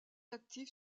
actif